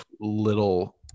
little